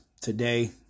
today